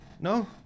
No